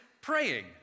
praying